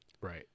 right